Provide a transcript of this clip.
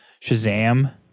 Shazam